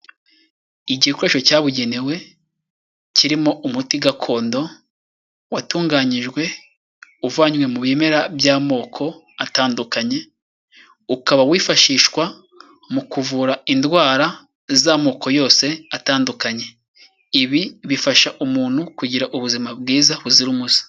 Igikoresho cyabugenewe kirimo umuti gakondo watunganyijwe uvanywe mu bimera by'amoko atandukanye ukaba wifashishwa mu kuvura indwara z'amoko yose atandukanye ibi bifasha umuntu kugira ubuzima bwiza buzira umuze.